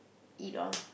eat all